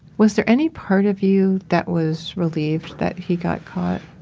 was there any part of you that was relieved that he got caught?